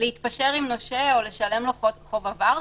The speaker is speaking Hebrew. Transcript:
להתפשר עם נושה או לשלם לו חוב עבר.